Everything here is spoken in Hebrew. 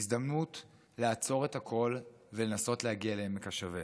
הזדמנות לעצור את הכול ולנסות להגיע לעמק השווה.